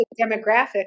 demographic